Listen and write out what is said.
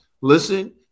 Listen